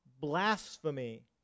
blasphemy